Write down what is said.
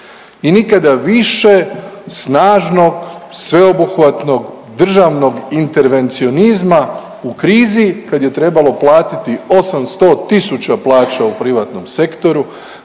i nikada više snažnog sveobuhvatnog državnog intervencionizma u krizi kad je trebalo platiti 800 tisuća plaća u privatnom sektoru,